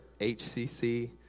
HCC